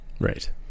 Right